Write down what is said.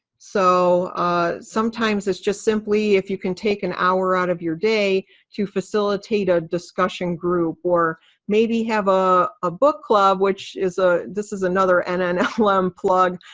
so sometimes it's just simply if you can take an hour out of your day to facilitate a discussion group, or maybe have ah a book club which is, ah this is another nnlm um plug.